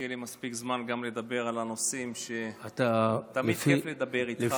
כי יהיה לי מספיק זמן גם לדבר על הנושאים שתמיד כיף לדבר איתך,